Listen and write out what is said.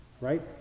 right